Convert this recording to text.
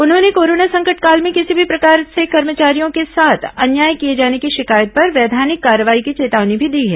उन्होंने कोरोना संकट काल में किसी भी प्रकार से कर्मचारियों के साथ अन्याय किए जाने की शिकायत पर वैधानिक कार्रवाई की चेतावनी भी दी है